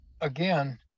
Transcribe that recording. again